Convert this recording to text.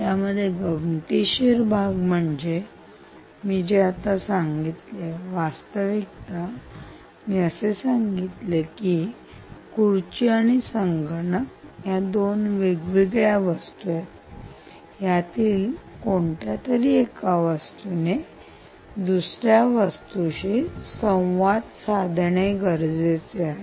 यामध्ये गमतीशीर भाग म्हणजे मी जे आता सांगितले वास्तविकता मी असे सांगितले की खुर्ची आणि संगणक या दोन्ही वेगवेगळ्या वस्तू आहेत यातील कोणत्या तरी एका वस्तूने दुसऱ्या वस्तू शी संवाद साधणे गरजेचे आहे